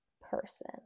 person